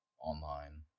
online